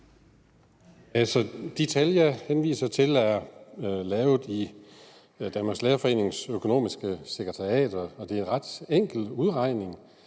de tal, jeg henviser til, er udarbejdet i Danmarks Lærerforenings økonomiske sekretariat. Det er en ret enkel udregning: